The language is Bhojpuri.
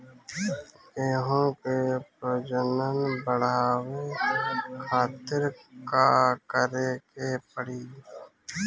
गेहूं के प्रजनन बढ़ावे खातिर का करे के पड़ी?